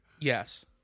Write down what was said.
Yes